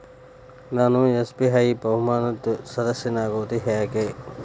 ನಾನು ಎಸ್.ಬಿ.ಐ ಬಹುಮಾನದ್ ಸದಸ್ಯನಾಗೋದ್ ಹೆಂಗ?